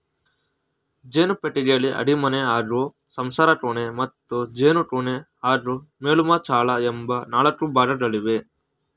ಜೇನು ಪೆಟ್ಟಿಗೆಯಲ್ಲಿ ಅಡಿಮಣೆ ಹಾಗೂ ಸಂಸಾರಕೋಣೆ ಮತ್ತು ಜೇನುಕೋಣೆ ಹಾಗೂ ಮೇಲ್ಮುಚ್ಚಳ ಎಂಬ ನಾಲ್ಕು ಭಾಗಗಳಿವೆ